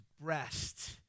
breast